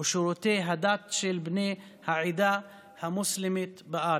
ושירותי הדת של בני העדה המוסלמית בארץ.